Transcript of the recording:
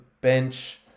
bench